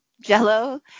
jello